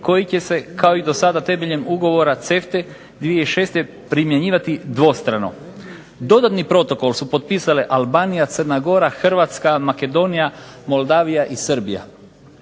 koji će se kao i do sada temeljem ugovora CEFTA 2006 primjenjivati dvostrano. Dodatni protokol su potpisale Albanija, Crna Gora, Hrvatska, Makedonije, Moldavija i Srbija.